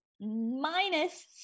minus